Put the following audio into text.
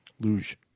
luge